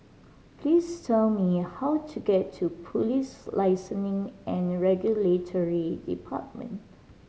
please tell me how to get to Police Licensing and Regulatory Department